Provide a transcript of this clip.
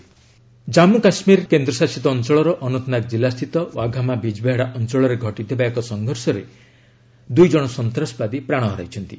terrorist killed Jammu Kashmir କେନ୍ଦ୍ରଶାସିତ ଅଞ୍ଚଳର ଅନନ୍ତନାଗ କିଲ୍ଲାସ୍ଥିତ ୱାଘାମା ବିଜ୍ବେହାଡ଼ା ଅଞ୍ଚଳରେ ଘଟିଥିବା ଏକ ସଂଘର୍ଷରେ ଦୁଇଜଣ ସନ୍ତାସବାଦୀ ପ୍ରାଣ ହରାଇଛନ୍ତି